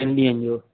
टिनि ॾींहंनि जो